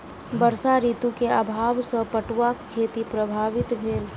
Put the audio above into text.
वर्षा ऋतू के अभाव सॅ पटुआक खेती प्रभावित भेल